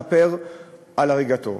לכפר על הריגתו.